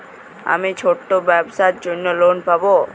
আমি ছোট ব্যবসার জন্য লোন পাব?